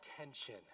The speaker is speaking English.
attention